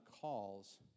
calls